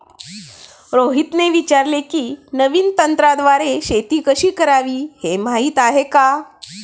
रोहितने विचारले की, नवीन तंत्राद्वारे शेती कशी करावी, हे माहीत आहे का?